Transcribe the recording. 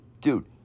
Dude